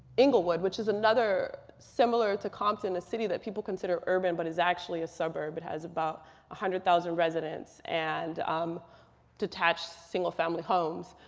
englewood, which is another similar to compton. a city that people consider urban but is actually a suburb. it has about one ah hundred thousand residents and um detached single family homes.